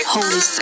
Holy